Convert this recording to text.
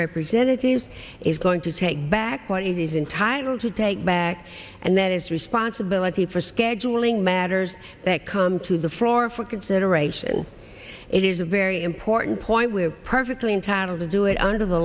representatives is going to take back what he's entitled to take back and that is responsible let the for scheduling matters that come to the floor for consideration it is a very important point we are perfectly entitled to do it under the